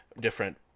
different